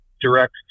direct